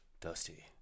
Dusty